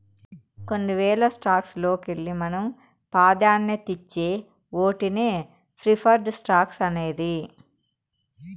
కొన్ని వేల స్టాక్స్ లోకెల్లి మనం పాదాన్యతిచ్చే ఓటినే ప్రిఫర్డ్ స్టాక్స్ అనేది